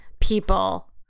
people